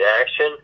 action